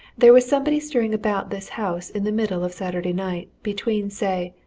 there was somebody stirring about this house in the middle of saturday night between, say,